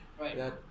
right